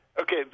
okay